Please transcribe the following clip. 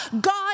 God